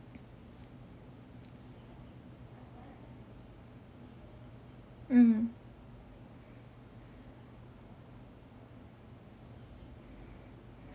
mmhmm